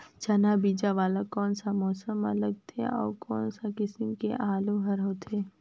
चाना बीजा वाला कोन सा मौसम म लगथे अउ कोन सा किसम के आलू हर होथे?